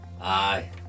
Aye